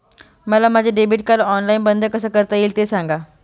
मला माझे debit card online बंद कसे करता येईल, ते सांगा